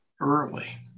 early